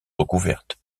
recouvertes